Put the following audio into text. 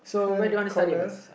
hand corner